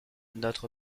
notre